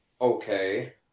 okay